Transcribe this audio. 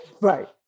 Right